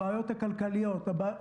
הבעיות הכלכליות.